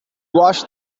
washed